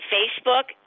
Facebook